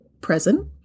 present